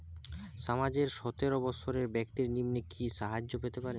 সমাজের সতেরো বৎসরের ব্যাক্তির নিম্নে কি সাহায্য পেতে পারে?